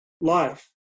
life